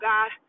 God